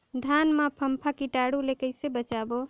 धान मां फम्फा कीटाणु ले कइसे बचाबो?